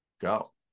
go